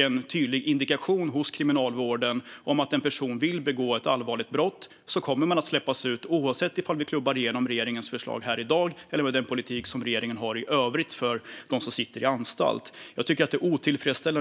en tydlig indikation från Kriminalvården att en person har vilja och förmåga att begå ett allvarligt brott kommer den att släppas ut, oavsett om vi klubbar igenom regeringens förslag här i dag och oavsett den politik som regeringen har i övrigt för dem som sitter på anstalt. Jag tycker att det är otillfredsställande.